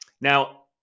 Now